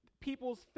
people's